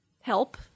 help